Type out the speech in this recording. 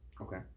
Okay